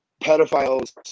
pedophiles